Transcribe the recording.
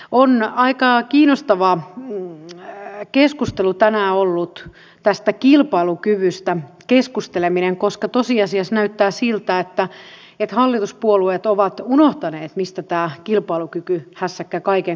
on aika kiinnostava keskustelu tänään ollut tästä kilpailukyvystä keskusteleminen koska tosiasiassa näyttää siltä että hallituspuolueet ovat unohtaneet mistä tämä kilpailukykyhässäkkä kaiken kaikkiaan tuli